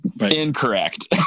Incorrect